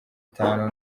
itanu